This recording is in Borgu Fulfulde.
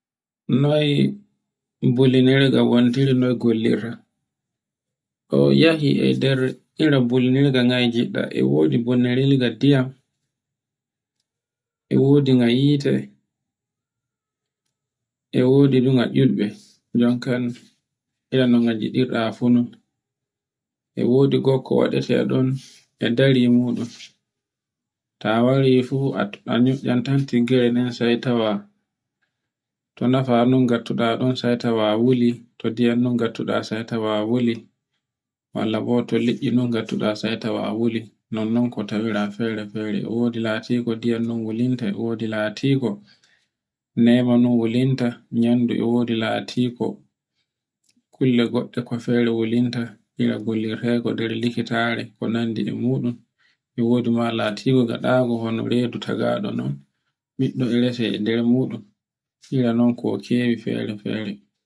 Noy bulinirga wontiri noy gollirta. O yehi e nder ira bollirga ngan e giɗɗa, e wodi bollinirga ndiyam, e wodi nga hite, e wodi nga culɓe, jan kan ire no ngaɗirta fu non e wodi gokko waɗete non, e dari muɗum ta wari fu a no'antante gere gene sai tawa to nofanun ngattuɗa ɗun sai tawa wuli. to ndiyam no ngattuɗa sai tawa wuli, walla bo to liɗɗi ngattuɗa sai tawa wuli, non non ko tawe fere-fere e wodi latinde ndiyam non wulinta, e wodi latingo nayma non wulinta, nyandu e wodi latingo kulle gote ko fere wulinta, ira gollirte ko der likitare ko nandi e muɗum. e wodi ma latingo ngaɗago hono redu tagaɗo non, ɓiɗɗo e rese e nder muɗum ira non ko kewi fere-fere.